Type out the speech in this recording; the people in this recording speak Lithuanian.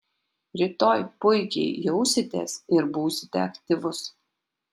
rytoj puikiai jausitės ir būsite aktyvus